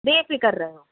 बे फ़िक्रु रहो